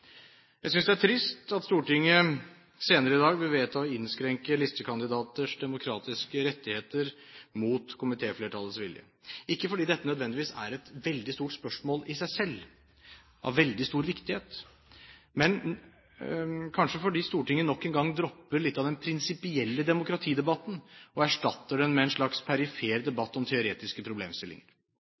Jeg synes det er trist at Stortinget senere i dag vil vedta å innskrenke listekandidaters demokratiske rettigheter mot komitéflertallets vilje – ikke fordi dette nødvendigvis er et veldig stort spørsmål i seg selv, av veldig stor viktighet, men kanskje fordi Stortinget nok en gang dropper litt av den prinsipielle demokratidebatten og erstatter den med en slags perifer debatt om teoretiske problemstillinger.